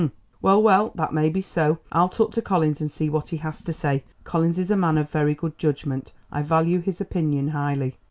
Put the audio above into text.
well, well, that may be so. i'll talk to collins and see what he has to say. collins is a man of very good judgment i value his opinion highly.